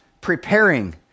preparing